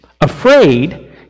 afraid